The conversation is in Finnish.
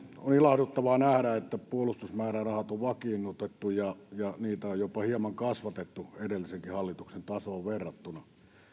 on ilahduttavaa nähdä että puolustusmäärärahat on vakiinnutettu ja ja niitä on jopa hieman kasvatettu edellisenkin hallituksen tasoon verrattuna